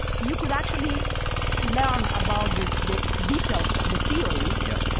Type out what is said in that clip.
you could actually learn about the the details of the theory. yeah,